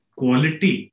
quality